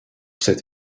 cette